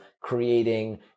creating